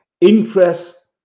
interest